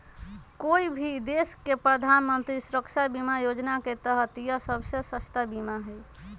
कोई भी देश के प्रधानमंत्री सुरक्षा बीमा योजना के तहत यह सबसे सस्ता बीमा हई